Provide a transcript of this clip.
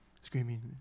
screaming